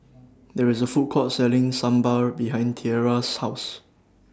There IS A Food Court Selling Sambar behind Tiera's House